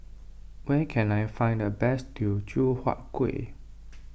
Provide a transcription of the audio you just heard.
where can I find the best Teochew Huat Kuih